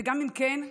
וגם אם כן,